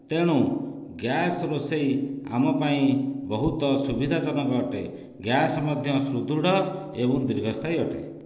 ତେଣୁ ଗ୍ୟାସ୍ ରୋଷେଇ ଆମ ପାଇଁ ବହୁତ ସୁବିଧାଜନକ ଅଟେ ଗ୍ୟାସ୍ ମଧ୍ୟ ସୃଦୃଢ଼ ଏବଂ ଦୀର୍ଘସ୍ଥାୟୀ ଅଟେ